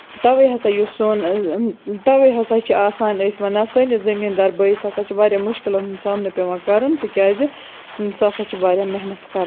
تَوے ہسا یُس سون تَوے ہسا چھِ آسان أسۍ وَنان سٲنِس زٔمیٖن دار بٲیِس ہسا چھِ واریاہ مُشکِلن ہُند سامنہٕ پیوان کَرُن تِکیازِ سُہ ہسا چھُ واریاہ محنت کران